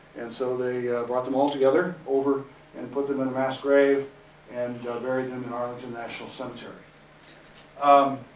and so they brought them all together, over and put them in a mass grave and buried them in arlington national cemetery. um